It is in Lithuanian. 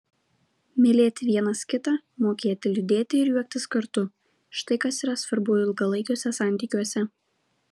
mylėti vienas kitą mokėti liūdėti ir juoktis kartu štai kas yra svarbu ilgalaikiuose santykiuose